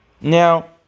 Now